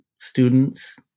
students